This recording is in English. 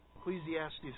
Ecclesiastes